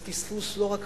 זה פספוס לא רק